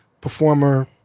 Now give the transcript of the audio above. performer